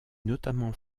notamment